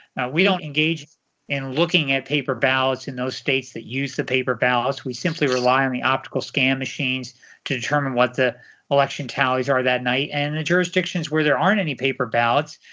we don't engage in looking at paper ballots in those states that use the paper ballots. we simply rely on the optical scan machines to determine what the election tallies are that night. and in jurisdictions where there aren't any paper ballots,